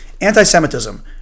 Anti-Semitism